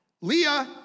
Leah